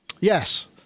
Yes